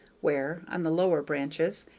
where, on the lower branches,